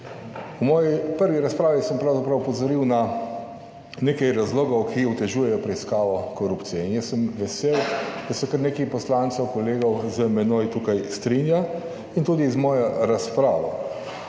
V moji prvi razpravi sem pravzaprav opozoril na nekaj razlogov, ki otežujejo preiskavo korupcije in jaz sem vesel, da se kar nekaj poslancev, kolegov z menoj tukaj strinja, in tudi z mojo razpravo.